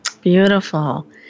Beautiful